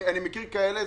אני מכיר כאלה,